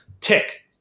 tick